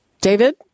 David